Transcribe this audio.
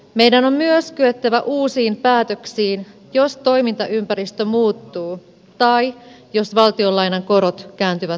meidän on myös kyettävä uusiin päätöksiin jos toimintaympäristö muuttuu tai jos valtionlainan korot kääntyvät nousuun